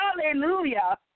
Hallelujah